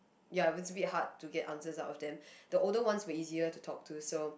ya it was a bit hard to get answer out of them the older ones will be easier to talk to so